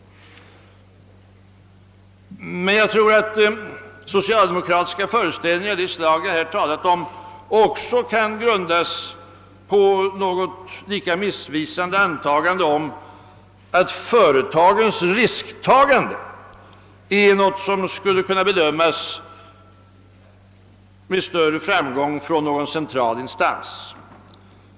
Jag tror emellertid att socialdemokratiska föreställningar, av det slag jag här talat om, också kan grundas på något lika missvisande antagande om att företagens risktagande är något som skulle kunna bedömas med större framgång från någon central instans.